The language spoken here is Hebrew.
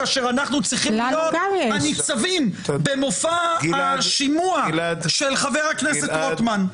כאשר אנחנו צריכים להיות הניצבים במופע השימוש של חבר הכנסת רוטמן.